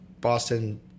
Boston